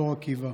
באור עקיבא.